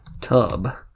tub